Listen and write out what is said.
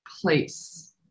place